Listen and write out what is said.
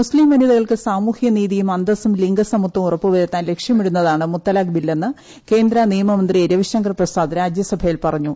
മുസ്തീം വനിതകൾക്ക് സാമൂഹിക നീതിയും അന്തസ്സും ലിംഗ സമത്വവും ഉറപ്പു വരുത്താൻ ലക്ഷ്യമിടുന്നതാണ് മുത്തലാഖ് ബില്ലെന്ന് കേന്ദ്ര നിയമമന്ത്രി രവിശങ്കർ പ്രസാദ് രാജ്യസഭയിൽ പറഞ്ഞു